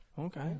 Okay